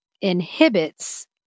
inhibits